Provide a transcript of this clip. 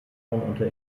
unter